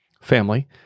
family